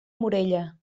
morella